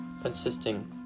consisting